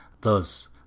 thus